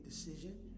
decision